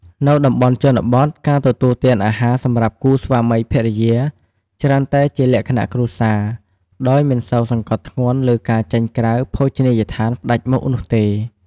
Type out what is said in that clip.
នៅតំបន់ជនបទ ការទទួលទានអាហារសម្រាប់គូស្វាមីភរិយាច្រើនតែជាលក្ខណៈគ្រួសារ ដោយមិនសូវសង្កត់ធ្ងន់លើការចេញក្រៅភោជនីយដ្ឋានផ្តាច់មុខនោះទេ។